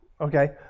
Okay